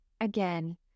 again